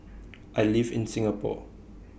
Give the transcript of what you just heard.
I live in Singapore